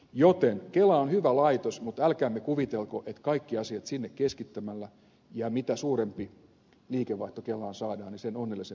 joten kela on hyvä laitos mutta älkäämme kuvitelko että kaikki asiat sinne keskittämällä ja mitä suurempi liikevaihto kelaan saadaan niin sen onnellisempia olemme